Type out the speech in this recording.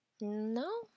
No